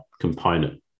component